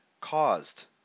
caused